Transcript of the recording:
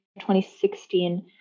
2016